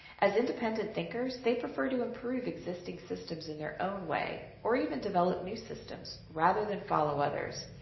as independent thinkers, they prefer to improve existing systems in their own way, or even develop new systems, rather than follow others,